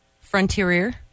frontier